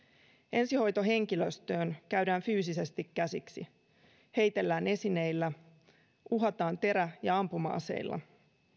ensihoitohenkilöstöön käydään fyysisesti käsiksi heitellään esineillä uhataan terä ja ampuma aseilla